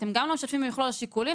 אתם גם לא משתפים במכלול השיקולים,